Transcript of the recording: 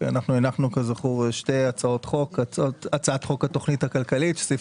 הנחנו שתי הצעות חוק: הצעת חוק התכנית הכלכלית - בסעיף